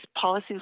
policies